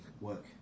work